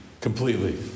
completely